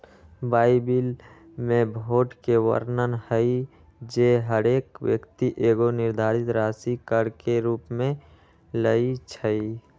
Bible में भोट के वर्णन हइ जे हरेक व्यक्ति एगो निर्धारित राशि कर के रूप में लेँइ छइ